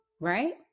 right